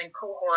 cohort